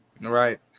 Right